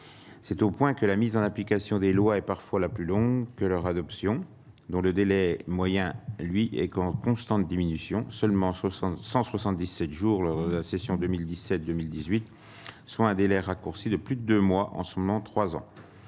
c'est au point que la mise en application des lois et parfois la plus longue que leur adoption dont le délai moyen, lui, et qu'en constante diminution, seulement 60 177 jours la session 2017, 2018 soit un délai raccourci de plus de 2 mois en seulement 3 ans,